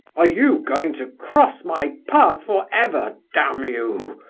are you going to cross my path for ever, damn you!